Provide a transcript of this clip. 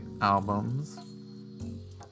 albums